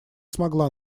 смогла